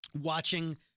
watching